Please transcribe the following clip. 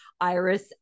Iris